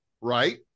Right